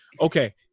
okay